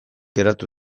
geratu